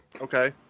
okay